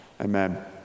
Amen